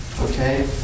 okay